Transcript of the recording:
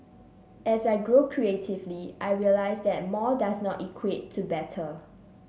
as I grow creatively I realise that more does not equate to better